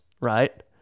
right